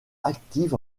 active